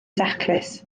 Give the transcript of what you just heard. daclus